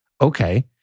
Okay